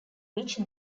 which